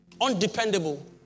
undependable